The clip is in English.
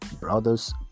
brother's